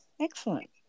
Excellent